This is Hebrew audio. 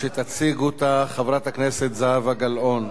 ותציג אותה חברת הכנסת זהבה גלאון.